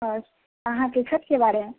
अच्छा अहाँकेँ छठिके बारे